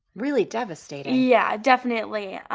really devastating? yeah, definitely.